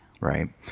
right